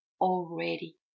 already